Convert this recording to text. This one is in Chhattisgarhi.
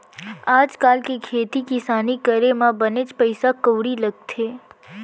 आज काल के खेती किसानी करे म बनेच पइसा कउड़ी लगथे